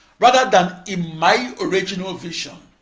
rather than in my original vision.